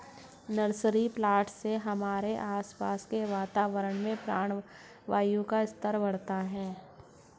nursery plant से हमारे आसपास के वातावरण में प्राणवायु का स्तर बढ़ता है